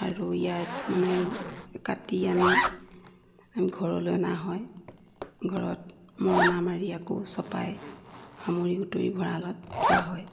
আৰু ইয়াক মানে কাটি আনি ঘৰলৈ অনা হয় ঘৰত মৰণা মাৰি আকৌ চপাই সামৰি সোতৰি ভঁৰালত থোৱা হয়